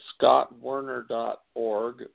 scottwerner.org